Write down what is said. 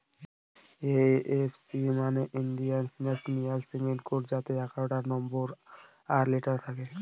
IFC মানে Indian financial system code যাতে এগারোটা নম্বর আর লেটার থাকে